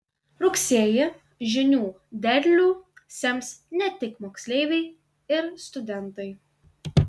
rugsėjį žinių derlių sems ne tik moksleiviai ir studentai